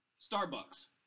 Starbucks